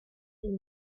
ihn